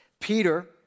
Peter